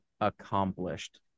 accomplished